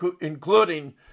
including